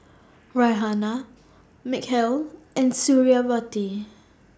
Raihana Mikhail and Suriawati